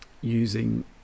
using